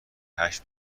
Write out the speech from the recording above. هشت